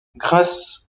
grâce